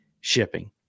Shipping